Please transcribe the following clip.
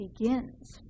begins